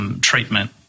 treatment